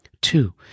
Two